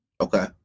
Okay